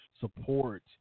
support